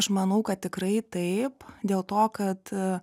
aš manau kad tikrai taip dėl to kad